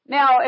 Now